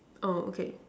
oh okay